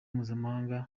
mpuzamahanga